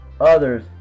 others